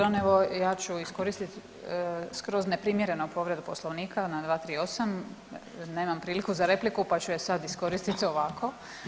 Pardon, evo ja ću iskoristiti skroz neprimjereno povredu Poslovnika na 238., nemam priliku za repliku pa ću ju sad iskoristiti ovako.